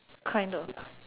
kind of